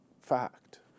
fact